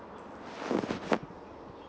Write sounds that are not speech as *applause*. *noise*